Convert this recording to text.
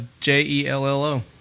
J-E-L-L-O